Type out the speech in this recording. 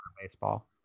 baseball